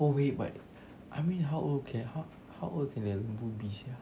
oh wait but I mean how old can how how old can the lembu be sia